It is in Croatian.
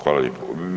Hvala lijepo.